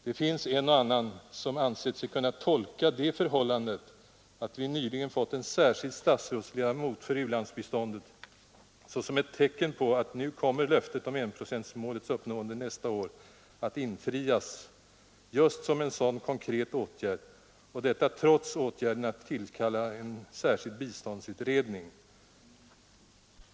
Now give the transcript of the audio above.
Det finns en och annan som ansett sig kunna tolka det förhållandet att vi nyss fått en särskild statsrådsledamot för u-landsbiståndet som ett tecken på att nu kommer löftet om enprocentsmålets uppnående nästa år att infrias just som en sådan konkret åtgärd, och detta trots åtgärden att tillsätta en särskild biståndsutredning.